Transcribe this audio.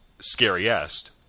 scariest